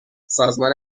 سازمان